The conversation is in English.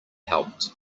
helped